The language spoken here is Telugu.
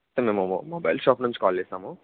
సార్ మేము మొబైల్ షాప్ నుంచి కాల్ చేసాము